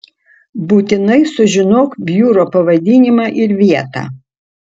būtinai sužinok biuro pavadinimą ir vietą